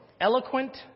Eloquent